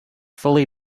fully